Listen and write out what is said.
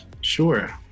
Sure